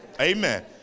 amen